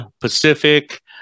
Pacific